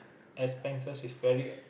expenses is very